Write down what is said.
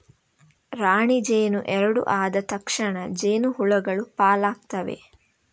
ರಾಣಿ ಜೇನು ಎರಡು ಆದ ತಕ್ಷಣ ಜೇನು ಹುಳಗಳು ಪಾಲಾಗ್ತವೆ